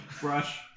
brush